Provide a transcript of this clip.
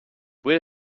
will